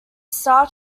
star